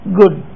good